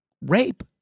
rape